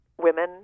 women